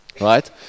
right